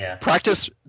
Practice